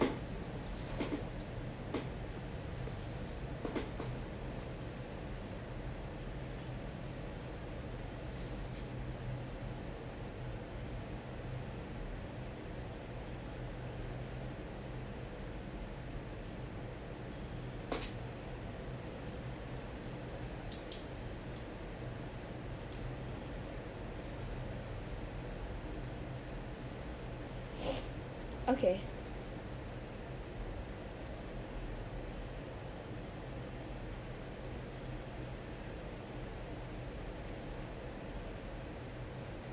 okay